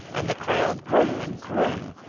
and the crowd grew and grew,